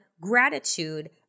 gratitude